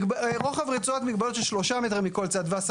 רוחב רצועת מגבלות של 3 מטר מכל צד ו-10